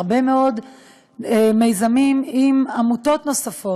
הרבה מאוד מיזמים עם עמותות נוספות,